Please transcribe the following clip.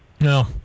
No